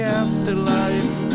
afterlife